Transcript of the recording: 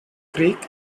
creek